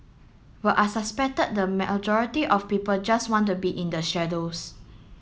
but I suspected the majority of people just want to be in the shadows